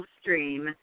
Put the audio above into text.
stream